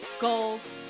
goals